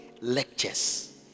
lectures